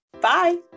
Bye